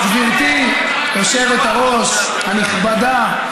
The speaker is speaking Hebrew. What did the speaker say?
גברתי היושבת-ראש הנכבדה,